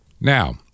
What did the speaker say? Now